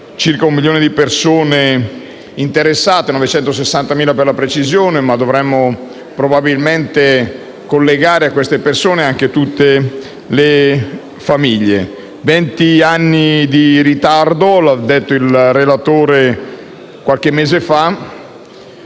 circa un milione di persone interessate (960.000, per la precisione); ma dovremmo probabilmente collegare ad esse anche tutte le famiglie. Vent'anni di ritardo - lo ha detto il relatore qualche mese fa